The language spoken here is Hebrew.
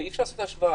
אי אפשר לעשות השוואה.